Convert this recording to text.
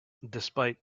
despite